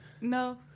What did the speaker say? No